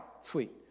sweet